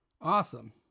Awesome